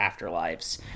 afterlives